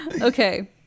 Okay